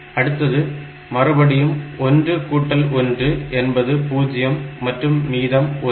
அடுத்து மறுபடியும் 1 கூட்டல் 1 என்பது 0 மற்றும் மீதம் 1